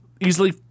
easily